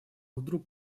вдруг